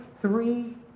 three